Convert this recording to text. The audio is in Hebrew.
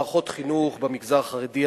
מערכות חינוך במגזר החרדי,